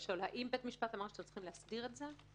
האם בית המשפט אמר שאתם צריכים להסדיר את זה?